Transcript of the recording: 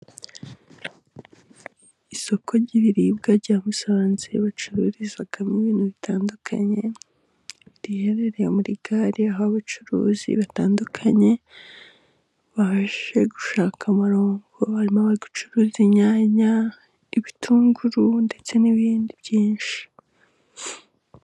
Isoko ry'ibiribwa rya Musanze bacururizamo ibintu bitandukanye. Riherereye muri gare aho abacuruzi batandukanye babashe gushaka amaronko. Harimo ababa barimo gucuruza inyanya, ibitunguru ndetse n'ibindi byinshi.